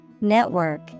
network